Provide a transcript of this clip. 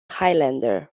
highlander